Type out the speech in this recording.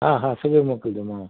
हा हा सुबुह जो मोकिलींदोमांव